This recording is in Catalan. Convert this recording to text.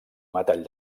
metall